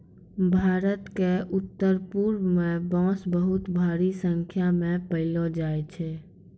भारत क उत्तरपूर्व म बांस बहुत भारी संख्या म पयलो जाय छै